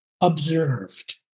observed